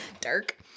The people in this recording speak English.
Dark